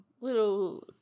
little